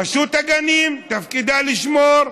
רשות הגנים, תפקידה לשמור.